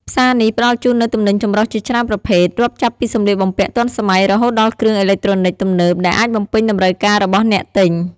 ផ្សារនេះផ្តល់ជូននូវទំនិញចម្រុះជាច្រើនប្រភេទ រាប់ចាប់ពីសម្លៀកបំពាក់ទាន់សម័យ រហូតដល់គ្រឿងអេឡិចត្រូនិកទំនើប ដែលអាចបំពេញតម្រូវការរបស់អ្នកទិញ។